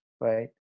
right